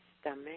stomach